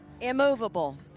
immovable